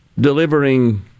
delivering